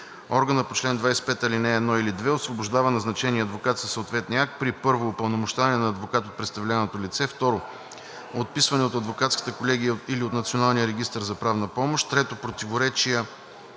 Органът по чл. 25, ал. 1 или 2 освобождава назначения адвокат със съответния акт при: 1. упълномощаване на адвокат от представляваното лице; 2. отписване от адвокатската колегия или от Националния регистър за правна помощ; 3. противоречия